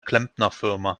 klempnerfirma